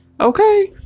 Okay